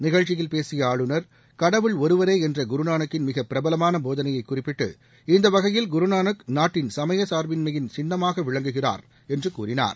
நிகழ்ச்சியில் பேசிய ஆளுநர் கடவுள் ஒருவரே என்ற குருநானக்கின் மிகப் பிரபலமான போதனையை குறிப்பிட்டு இந்த வகையில் குருநானக் நாட்டின் சமயச்சார்பின்மையின் சின்னமாக விளங்குகிறார் என்று கூறினார்